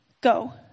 Go